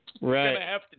Right